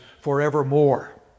forevermore